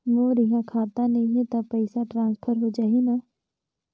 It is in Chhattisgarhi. मोर इहां खाता नहीं है तो पइसा ट्रांसफर हो जाही न?